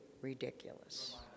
ridiculous